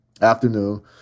afternoon